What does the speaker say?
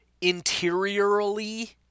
interiorly